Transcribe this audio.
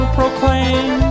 proclaim